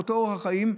באותו אורח חיים,